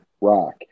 rock